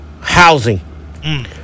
housing